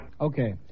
Okay